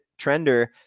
trender